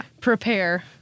prepare